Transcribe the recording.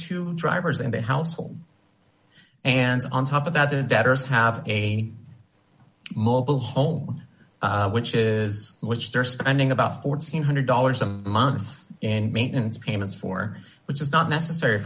two drivers in the household and on top of that the debtors have a mobile home which is which they're spending about four hundred dollars a month in maintenance payments for which is not necessary